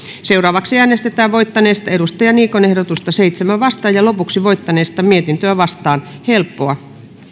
seuraavaksi äänestetään voittaneesta ehdotusta seitsemään vastaan ja lopuksi voittaneesta mietintöä vastaan helppoa